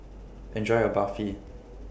Enjoy your Barfi